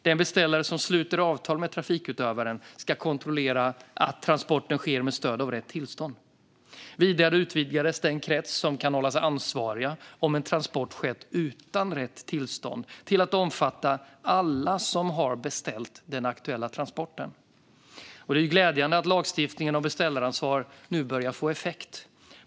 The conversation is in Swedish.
Den beställare som sluter avtal med trafikutövaren ska kontrollera att transporten sker med stöd av rätt tillstånd. Vidare utvidgades den krets som kan hållas ansvariga om en transport skett utan rätt tillstånd till att omfatta alla som har beställt den aktuella transporten. Det är glädjande att lagstiftningen om beställaransvar nu börjar få effekt.